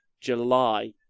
july